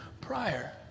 prior